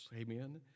Amen